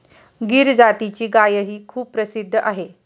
गीर जातीची गायही खूप प्रसिद्ध आहे